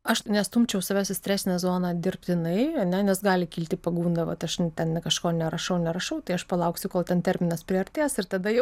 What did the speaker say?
aš nestumčiau savęs į stresinę zoną dirbtinai ar ne nes gali kilti pagunda vat aš ne ten ne kažko nerašau nerašau tai aš palauksiu kol ten terminas priartės ir tada jau